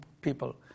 people